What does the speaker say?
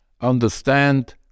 understand